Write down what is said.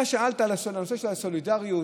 אתה שאלת על נושא הסולידריות,